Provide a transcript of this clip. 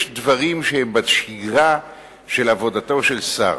יש דברים שהם בשגרה של עבודתו של שר.